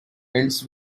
ends